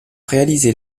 réalisé